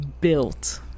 built